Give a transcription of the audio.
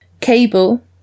Cable